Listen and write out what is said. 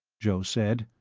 joe said.